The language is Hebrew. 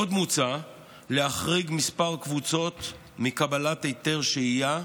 עוד מוצע להחריג כמה קבוצות מקבלת היתר שהייה,